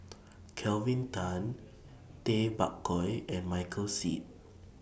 Kelvin Tan Tay Bak Koi and Michael Seet